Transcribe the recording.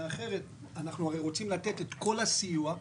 אחרת אנחנו הרי רוצים לתת את כל הסיוע.